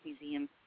Museum